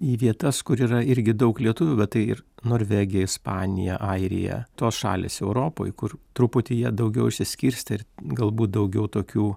į vietas kur yra irgi daug lietuvių bet tai ir norvegija ispanija airija tos šalys europoj kur truputį jie daugiau išsiskirstė ir galbūt daugiau tokių